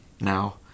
now